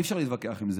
אי-אפשר להתווכח עם זה.